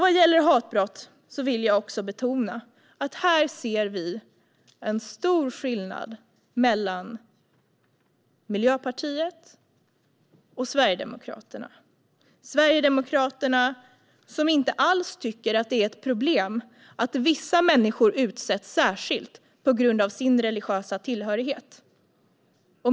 Vad gäller hatbrott vill jag också betona att vi ser en stor skillnad mellan Miljöpartiet och Sverigedemokraterna. Sverigedemokraterna tycker inte alls att det är ett problem att vissa människor utsätts på grund av sin religiösa tillhörighet.